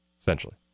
essentially